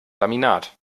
laminat